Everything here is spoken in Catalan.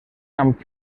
amb